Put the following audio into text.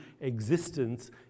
existence